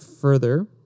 Further